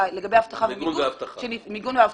מיגון ואבטחה.